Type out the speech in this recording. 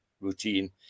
routine